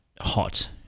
hot